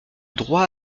droit